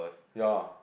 ya